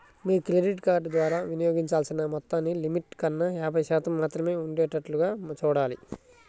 మీ credit card ద్వారా వినియోగించాల్సిన మొత్తాన్ని లిమిట్ కన్నా యాభై శాతం మాత్రమే ఉండేటట్లుగా చూడాలి